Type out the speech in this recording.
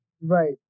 Right